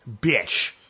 bitch